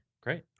great